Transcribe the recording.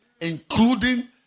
including